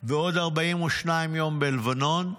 ועוד 42 יום בלבנון.